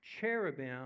cherubim